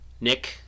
Nick